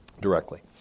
directly